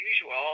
usual